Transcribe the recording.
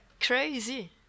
crazy